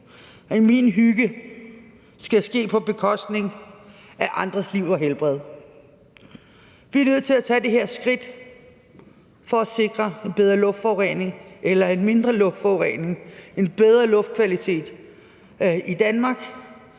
at min hygge skal ske på bekostning af andres liv og helbred. Vi er nødt til at tage det her skridt for at sikre en mindre luftforurening, en bedre luftkvalitet i Danmark.